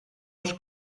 els